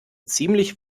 ziemlich